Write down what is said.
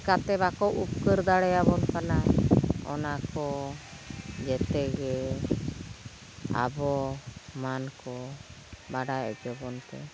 ᱪᱮᱠᱟᱛᱮ ᱵᱟᱠᱚ ᱩᱯᱠᱟᱹᱨ ᱫᱟᱲᱮᱭᱟᱵᱚᱱ ᱠᱟᱱᱟ ᱚᱱᱟ ᱠᱚ ᱡᱚᱛᱚ ᱜᱮ ᱟᱵᱚ ᱢᱟᱹᱱ ᱠᱚ ᱵᱟᱰᱟᱭ ᱦᱚᱪᱚ ᱵᱚᱱᱛᱮ